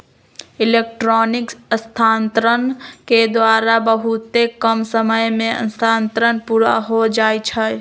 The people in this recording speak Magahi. इलेक्ट्रॉनिक स्थानान्तरण के द्वारा बहुते कम समय में स्थानान्तरण पुरा हो जाइ छइ